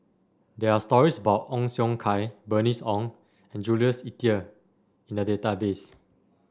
there are stories about Ong Siong Kai Bernice Ong and Jules Itier in the database